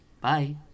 Bye